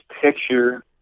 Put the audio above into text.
picture